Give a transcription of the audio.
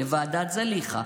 לוועדת זליכה,